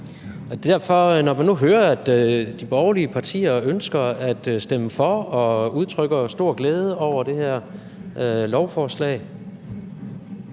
Derfor: Når man nu hører, at de borgerlige partier ønsker at stemme for og udtrykker stor glæde over det her lovforslag,